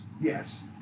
yes